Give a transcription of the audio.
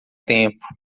tempo